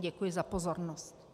Děkuji za pozornost.